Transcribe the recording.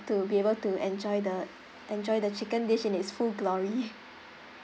to be able to enjoy the enjoy the chicken dish in its full glory